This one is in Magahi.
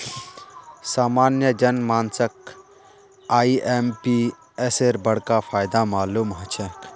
सामान्य जन मानसक आईएमपीएसेर बडका फायदा मालूम ह छेक